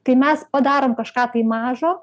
kai mes padarom kažką tai mažo